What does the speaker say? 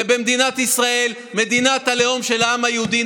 ומדינת ישראל היא מדינת הלאום של העם היהודי,